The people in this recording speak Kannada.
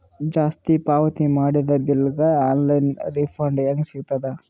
ಜಾಸ್ತಿ ಪಾವತಿ ಮಾಡಿದ ಬಿಲ್ ಗ ಆನ್ ಲೈನ್ ರಿಫಂಡ ಹೇಂಗ ಸಿಗತದ?